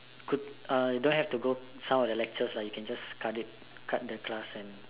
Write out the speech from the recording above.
could uh don't have to go some of the lectures lah you could just cut it cut the class and